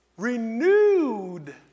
renewed